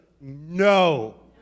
no